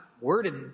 worded